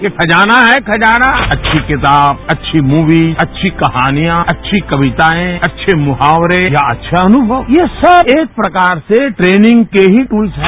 यह खजाना है खजाना अच्छी किताब अच्छी मूवी अच्छी कहानियां अच्छी कवितायें अच्छे मुहावरे या अच्छे अनुभव यह सब एक प्रकार से ट्रेनिंग के ही दूल्स हैं